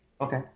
Okay